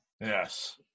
Yes